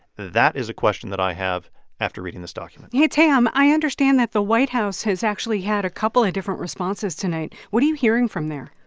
that is a question that i have after reading this document hey, tam, i understand that the white house has actually had a couple of and different responses tonight. what are you hearing from there?